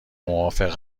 موافق